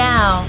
Now